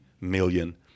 million